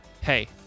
hey